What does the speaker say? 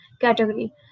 category